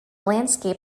landscape